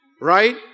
right